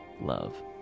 love